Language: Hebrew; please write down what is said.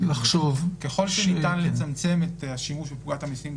ככל שניתן לצמצם את השימוש בפקודת המיסים,